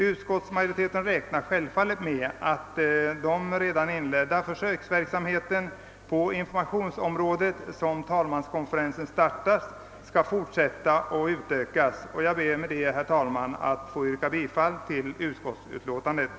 Utskottsmajoriteten räknar självfallet med att den redan inledda försöksverksamheten på informationsområdet som talmanskonferensen har startat skall fortsätta och utökas. Jag ber, herr talman, att med det anförda få yrka bifall till utskottets hemställan.